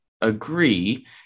agree